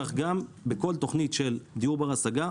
כך גם בכל תוכנית של דיור בר השגה,